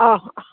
অঁ